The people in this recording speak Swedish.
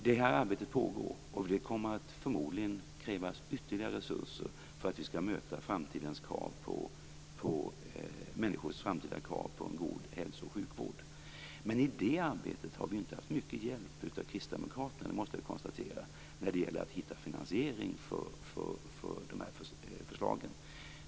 Det här arbetet pågår, och det kommer förmodligen att krävas ytterligare resurser för att vi skall möta människors framtida krav på en god hälso och sjukvård. Men jag måste säga att vi i det arbetet inte har haft mycket hjälp av kristdemokraterna när det gäller att hitta finansiering för de här förslagen.